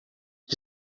que